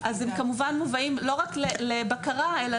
אז הם כמובן מובאים לא רק לבקרה אלא